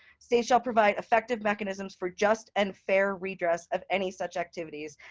states shall provide effective mechanisms for just and fair redress of any such activities,